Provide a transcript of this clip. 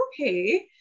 okay